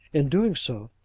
in doing so,